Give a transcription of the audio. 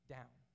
down